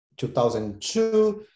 2002